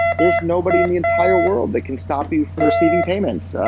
there's nobody in the entire world that can stop you from receiving payments.